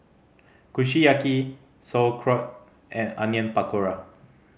Kushiyaki Sauerkraut and Onion Pakora